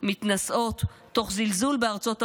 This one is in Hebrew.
מתנשאות תוך זלזול בארצות הברית,